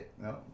No